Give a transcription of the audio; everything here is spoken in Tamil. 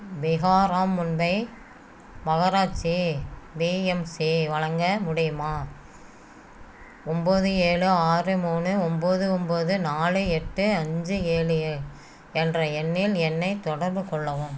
பிஹாராம் மும்பை மாநகராட்சி பிஎம்சி வழங்க முடியுமா ஒம்பது ஏழு ஆறு மூணு ஒம்பது ஒம்பது நாலு எட்டு அஞ்சு ஏழு ஏ என்ற எண்ணில் என்னை தொடர்புக்கொள்ளவும்